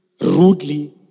rudely